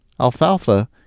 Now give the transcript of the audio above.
Alfalfa